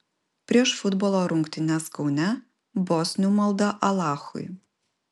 prieš futbolo rungtynes kaune bosnių malda alachui